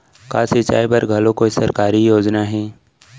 का सिंचाई बर घलो कोई सरकारी योजना हे?